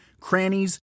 crannies